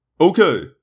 Okay